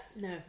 no